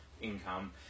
income